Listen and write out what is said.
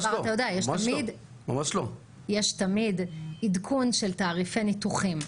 כי אתה יודע, תמיד יש עדכון של תעריפי ניתוחים.